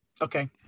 Okay